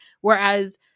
Whereas